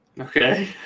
Okay